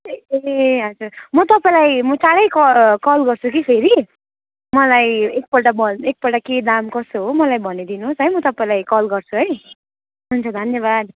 ए हजुर म तपाईँलाई म चाँडै कल कल गर्छु कि फेरि मलाई एकपल्ट भन् एकपल्ट के दाम कसो हो मलाई भनिदिनु होस् है म तपाईँलाई कल गर्छु है हुन्छ धन्यवाद